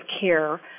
care